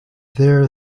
there